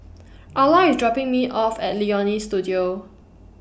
Arla IS dropping Me off At Leonie Studio